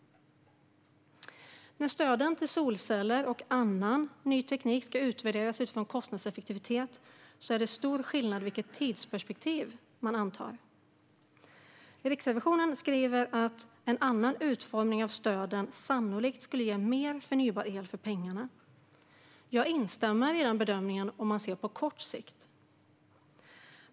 När stöden till solceller och annan ny teknik ska utvärderas utifrån kostnadseffektivitet gör tidsperspektivet stor skillnad. Riksrevisionen skriver att en annan utformning av stöden sannolikt skulle ge mer förnybar el för pengarna. Jag instämmer i den bedömningen om man ser på kort sikt.